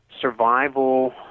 survival